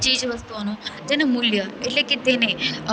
ચીજવસ્તુઓનું જેનું મૂલ્ય એટલે કે તેને